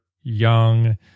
Young